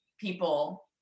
people